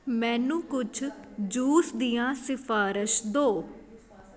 ਮੈਨੂੰ ਕੁਝ ਜੂਸ ਦੀਆਂ ਸਿਫਾਰਸ਼ ਦਿਓ